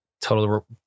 Total